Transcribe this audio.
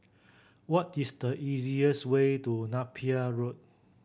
what is the easiest way to Napier Road